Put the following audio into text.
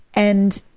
and